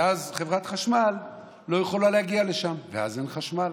ואז חברת חשמל לא יכולה להגיע לשם להזין חשמל,